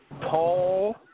Paul